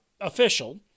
official